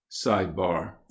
SIDEBAR